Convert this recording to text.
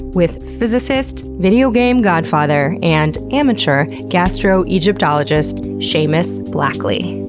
with physicist, video game godfather and amateur gastroegyptologist, seamus blackley.